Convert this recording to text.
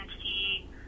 see